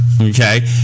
Okay